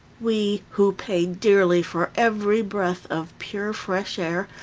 we, who pay dearly for every breath of pure, fresh air,